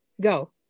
go